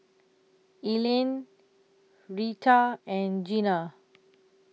Evelyne Rheta and Jenna